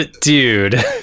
dude